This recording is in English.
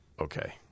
Okay